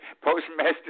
postmaster